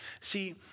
See